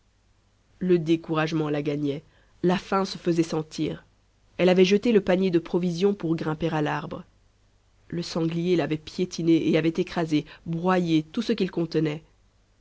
le découragement la gagnait la faim se faisait sentir elle avait jeté le panier de provisions pour grimper à l'arbre le sanglier l'avait piétiné et avait écrasé broyé tout ce qu'il contenait